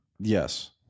Yes